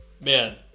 Man